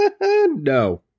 no